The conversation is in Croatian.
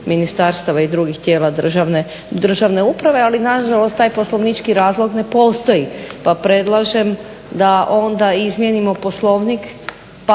ministarstava i drugih tijela državne uprave. Ali nažalost taj poslovnički razlog ne postoji pa predlažem da onda izmijenimo Poslovnik